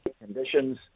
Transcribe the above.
conditions